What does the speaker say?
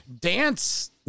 dance